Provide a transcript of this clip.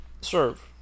Serve